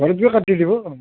ঘৰত গৈ কাটি দিব অঁ